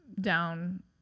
down